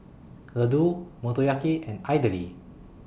Ladoo Motoyaki and Idili